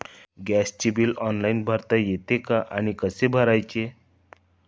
गॅसचे bill online भरता येते का आणि कसे भरायचे?